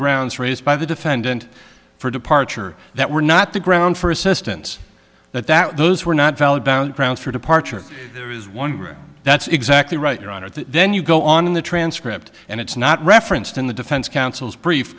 grounds raised by the defendant for departure that were not the ground for assistance that that those were not valid bound grounds for departure there is one that's exactly right your honor then you go on in the transcript and it's not referenced in the defense counsel's brief